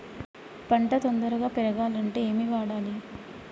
పంట తొందరగా పెరగాలంటే ఏమి వాడాలి?